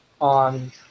on